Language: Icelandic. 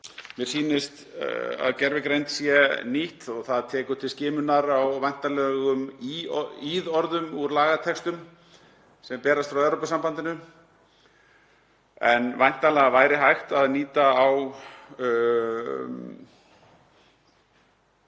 mér sýnist að gervigreind sé nýtt. Það tekur til skimunar á væntanlegum íðorðum úr lagatextum sem berast frá Evrópusambandinu en væntanlega væri hægt að nýta